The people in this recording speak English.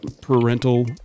parental